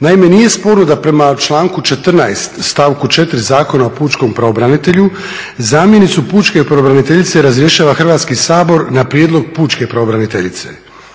Naime, nije sporno da prema članku 14. stavku 4. Zakona o pučkom pravobranitelju zamjenicu pučke pravobraniteljice razrješava Hrvatski sabor na prijedlog pučke pravobraniteljice.